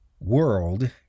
world